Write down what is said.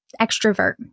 extrovert